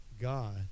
God